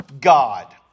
God